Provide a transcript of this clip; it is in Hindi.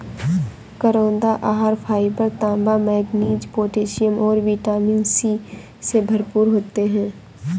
करौंदा आहार फाइबर, तांबा, मैंगनीज, पोटेशियम और विटामिन सी से भरपूर होते हैं